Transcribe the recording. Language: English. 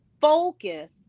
focus